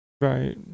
right